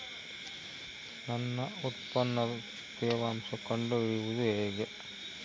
ನನ್ನ ಉತ್ಪನ್ನದ ತೇವಾಂಶ ಕಂಡು ಹಿಡಿಯುವುದು ಹೇಗೆ?